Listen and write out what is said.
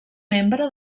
membre